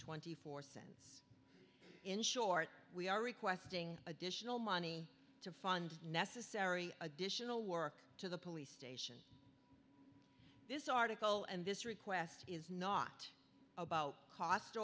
twenty four cents in short we are requesting additional money to fund necessary additional work to the police this article and this request is not about cost